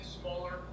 smaller